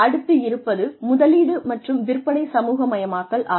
அடுத்து இருப்பது முதலீடு மற்றும் விற்பனை சமூகமயமாக்கல் ஆகும்